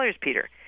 Peter